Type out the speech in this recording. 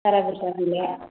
बारा बुरजा गैला